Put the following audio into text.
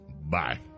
Bye